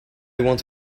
want